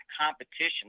competition